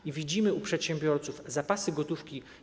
I widzimy u przedsiębiorców zapasy gotówki.